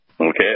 okay